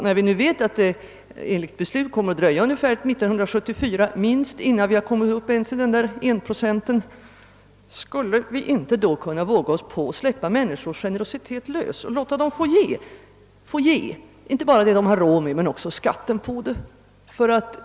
När vi nu vet att det enligt beslut kommer att dröja till åtminstone 1974 innan vi kommit upp ens till 1 procent av bruttonationalprodukten, skulle vi då inte kunna våga oss på att släppa lös människornas generositet och låta dem få ge inte bara vad de har råd med utan även skatten på det?